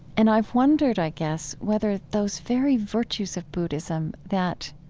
and i've wondered, i guess, whether those very virtues of buddhism that